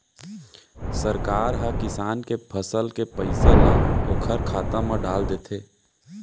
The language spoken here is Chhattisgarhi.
सरकार ह किसान के फसल के पइसा ल ओखर खाता म डाल देथे